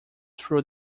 through